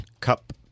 Cup